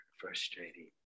frustrating